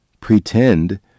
pretend